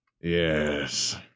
Yes